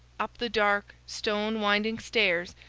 up the dark, stone winding stairs,